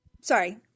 sorry